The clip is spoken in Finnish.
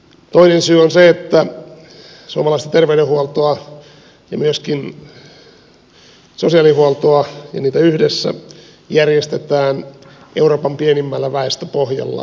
toinen syy on se että suomalaista terveydenhuoltoa ja myöskin sosiaalihuoltoa ja niitä yhdessä järjestetään euroopan pienimmällä väestöpohjalla